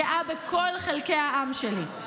גאה בכל חלקי העם שלי,